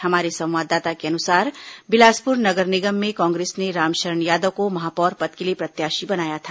हमारे संवाददाता के अनुसार बिलासपुर नगर निगम में कांग्रेस ने रामशरण यादव को महापौर पद के लिए प्रत्याशी बनाया था